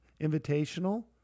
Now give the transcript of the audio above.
Invitational